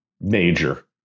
major